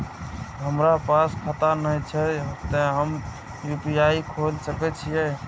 हमरा पास खाता ने छे ते हम यू.पी.आई खोल सके छिए?